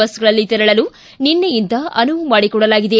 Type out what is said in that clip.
ಬಸ್ಗಳಲ್ಲಿ ತೆರಳಲು ನಿನ್ನೆಯಿಂದ ಅನುವು ಮಾಡಿಕೊಡಲಾಗಿದೆ